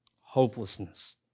hopelessness